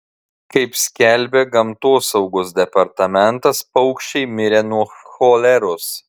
kaip skelbia gamtosaugos departamentas paukščiai mirė nuo choleros